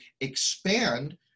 expand